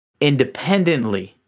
independently